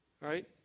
right